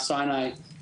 ואני גם סגן נשיא